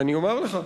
אני אומר לך.